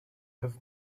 have